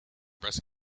breast